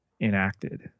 enacted